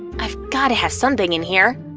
i've gotta have something in here.